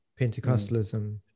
Pentecostalism